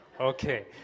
Okay